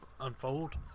unfold